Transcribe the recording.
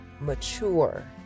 mature